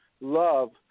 love